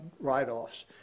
write-offs